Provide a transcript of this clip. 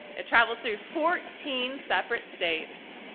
it travels through fourteen separate states,